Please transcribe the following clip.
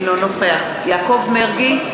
אינו נוכח יעקב מרגי,